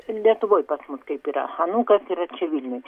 lietuvoj pas mus kaip yra anūkas yra čia vilniuj